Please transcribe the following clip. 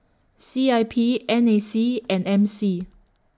C I P N A C and M C